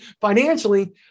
financially